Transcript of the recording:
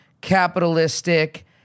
capitalistic